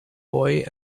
boy